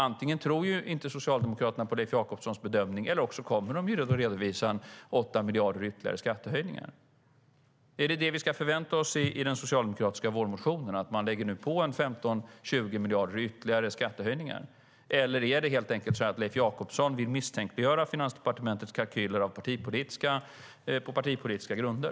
Antingen tror inte Socialdemokraterna på Leif Jakobssons bedömning eller också kommer de att redovisa 8 miljarder i ytterligare skattehöjningar. Ska vi förvänta oss att Socialdemokraterna i sin vårmotion lägger på 15-20 miljarder i ytterligare skattehöjningar? Eller är det helt enkelt så att Leif Jakobsson på partipolitiska grunder vill misstänkliggöra Finansdepartementets kalkyler?